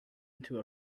into